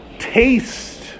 Taste